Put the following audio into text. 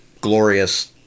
glorious